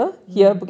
mm